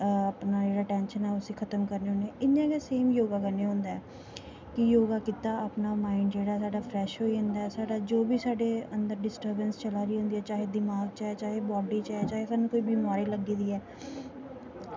अपनी जेह्ड़ी टैंशन ऐ उस्सी खत्म करने होन्ने आं इ'यां इ'यां सीन योगा कन्नै होंदा ऐ कि योगा कीता अपना माईड़ जेह्ड़ा फ्रैश होई जंदा ऐ जो बी अन्दर साढ़े डिस्ट्रबैंस चला दी होंदा ऐ चाहे दिमाक च ऐ चाहे बॉड्डी च ऐ जां सानूं कोई बमारी लग्गी दी ऐ